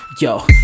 Yo